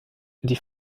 die